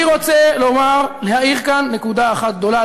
אני רוצה לומר, להעיר כאן נקודה אחת גדולה.